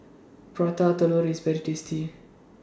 Prata Telur IS very tasty